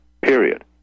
Period